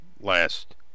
last